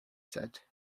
said